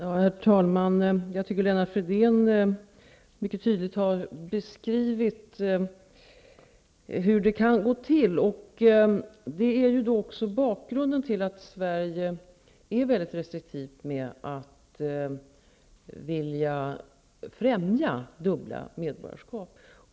Herr talman! Jag tycker att Lennart Fridén mycket tydligt har beskrivit hur det kan gå till. Det är också bakgrunden till att Sverige är mycket restriktivt när det gäller att främja dubbla medborgarskap.